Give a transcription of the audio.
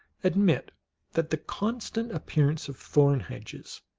admit that the constant appearance of thorn hedges,